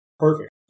Perfect